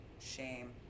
shame